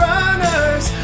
Runners